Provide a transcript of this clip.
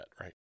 right